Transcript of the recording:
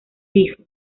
hijo